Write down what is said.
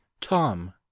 Tom